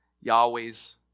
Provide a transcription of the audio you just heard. Yahweh's